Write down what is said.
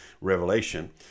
revelation